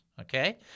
Okay